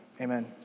Amen